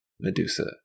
Medusa